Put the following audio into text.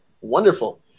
Wonderful